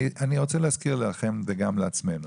אני מזכיר לכם וגם לעצמנו